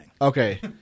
Okay